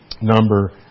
number